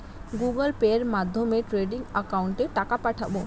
Google পের মাধ্যমে trading একাউন্টে টাকা পাঠাবো?